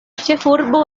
ĉefurbo